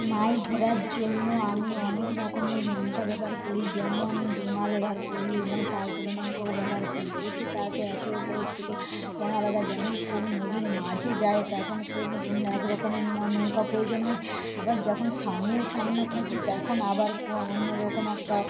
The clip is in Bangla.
মাছ ধরার জন্য আমি অনেক রকমের নৌকা ব্যবহার করি যেমন ডুঙা ব্যবহার করি এবং পালতোলা নৌকাও ব্যবহার করি এতে তাকে একে অপরের থেকে যেমন কোনো নদীর মাঝে যায় তখন অন্য এক রকমের নৌকা প্রয়োজন হয় আবার যখন সামনে সামনে থাকি তখন আবার অন্য রকম একটা